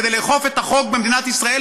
כדי לאכוף את החוק במדינת ישראל,